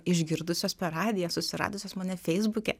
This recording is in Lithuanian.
išgirdusios per radiją susiradusios mane feisbuke